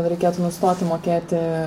reikėtų nustoti mokėti